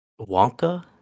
wonka